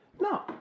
No